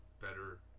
better